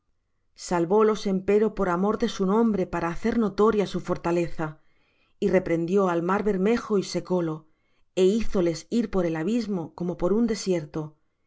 bermejo salvólos empero por amor de su nombre para hacer notoria su fortaleza y reprendió al mar bermejo y secólo e hízoles ir por el abismo como por un desierto